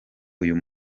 uyu